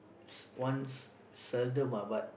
once seldom ah but